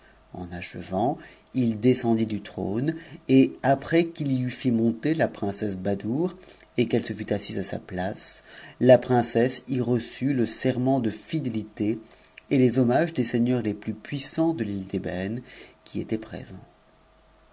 en achevant il descendit du trône et après qu'il y eut fait monter la princesse badoure et qu'elle se fut assise à sa place la princesse y reçu le serment de fidélité et les hommages des seigneurs les plus puissants de l'îfe d'ëbëne qui étaient présents